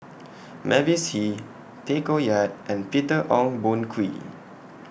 Mavis Hee Tay Koh Yat and Peter Ong Boon Kwee